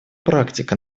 практика